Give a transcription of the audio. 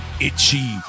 itchy